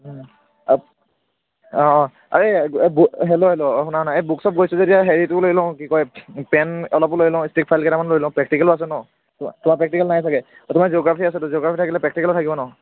অঁ অঁ hello hello শুনা না বুক চপ গৈছোঁ যেতিয়া হেৰিটোও লৈ লওঁ কি কয় পেন অলপো লৈ লওঁ ষ্টিক ফাইলকেইটামানো লৈ লওঁ প্ৰেকটিকেলো আছে ন তোমাৰ প্ৰেকটিকেল নাই চাগে তোমাৰ জিঅ'গ্ৰাফি আছে জিঅ'গ্ৰাফি থাকিলে প্ৰেকটিকেলো থাকিব ন